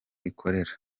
ikorera